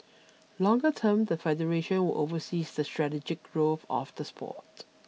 longer term the federation will oversee the strategic growth of the sport